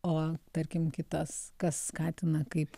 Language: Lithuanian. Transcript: o tarkim kitos kas skatina kaip